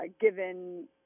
given